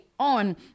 on